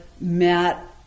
met